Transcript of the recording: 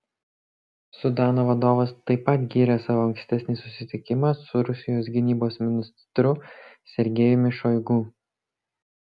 sudano vadovas taip pat gyrė savo ankstesnį susitikimą su rusijos gynybos ministru sergejumi šoigu